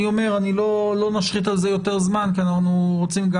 אני אומר שלא נשחית על זה יותר זמן כי אנחנו רוצים גם